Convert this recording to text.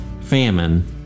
famine